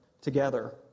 together